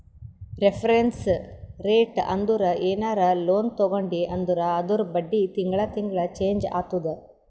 reference rate ಅಂದುರ್ ಏನರೇ loan ತಗೊಂಡಿ ಅಂದುರ್ ಅದೂರ್ ಬಡ್ಡಿ ತಿಂಗಳಾ ತಿಂಗಳಾ ಚೆಂಜ್ ಆತ್ತುದ